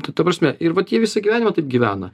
tai ta prasme ir vat jie visą gyvenimą taip gyvena